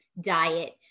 diet